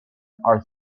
are